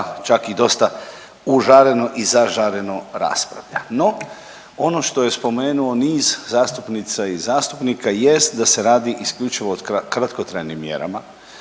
čak i dosta užareno i zažareno raspravlja. No, ono što je spomenuo niz zastupnica i zastupnica jest da radi isključivo o kratkotrajnim mjerama.